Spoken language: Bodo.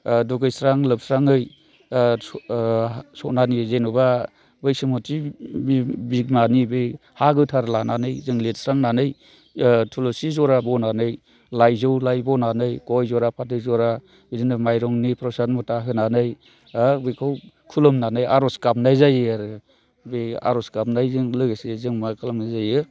दुगैस्रां लोबस्राङै सनानि जेन'बा बैसुमथि बिमानि बे हा गोथार लानानै जों लिरस्रांनानै थुलसि जरा बनानै लाइजौ लाइ बनानै गय जरा फाथै जरा बिदिनो माइरंनि प्रसाद मुथा होनानै आरो बेखौ खुलुमनानै आर'ज गाबनाय जायो आरो बे आर'ज गाबनायजों लोगोसे जों मा खालामनाय जायो